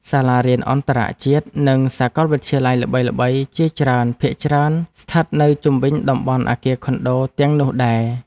សាលារៀនអន្តរជាតិនិងសាកលវិទ្យាល័យល្បីៗជាច្រើនភាគច្រើនស្ថិតនៅជុំវិញតំបន់អគារខុនដូទាំងនោះដែរ។